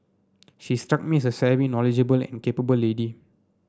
she struck me as a savvy knowledgeable and capable lady